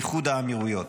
באיחוד האמירויות.